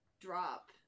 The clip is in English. drop